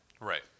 Right